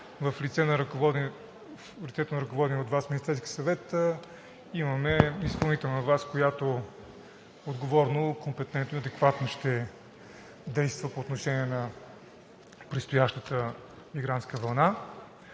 в лицето на ръководения от Вас Министерски съвет имаме изпълнителна власт, която отговорно, компетентно и адекватно ще действа по отношение на предстоящата мигрантска вълна.